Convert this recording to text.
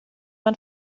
man